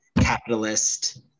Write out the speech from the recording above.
capitalist